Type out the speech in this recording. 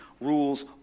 rules